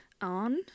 on